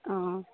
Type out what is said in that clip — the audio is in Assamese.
অঁ